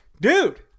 dude